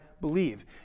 believe